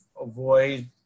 avoid